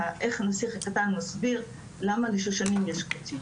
איך הנסיך הקטן מסביר למה לשושנים יש קוצים,